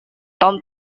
tom